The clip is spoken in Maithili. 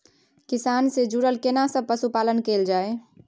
किसान से जुरल केना सब पशुपालन कैल जाय?